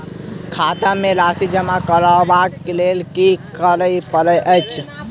खाता मे राशि जमा करबाक लेल की करै पड़तै अछि?